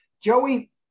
Joey